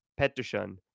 Pettersson